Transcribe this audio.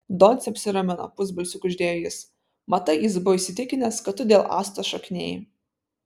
doncė apsiramino pusbalsiu kuždėjo jis matai jis buvo įsitikinęs kad tu dėl astos šokinėjai